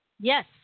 Yes